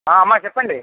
ఆ అమ్మా చెప్పండి